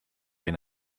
been